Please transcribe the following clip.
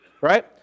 right